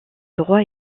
droit